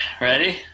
Ready